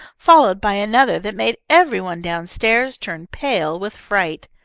followed by another that made every one down-stairs turn pale with fright.